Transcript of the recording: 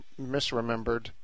misremembered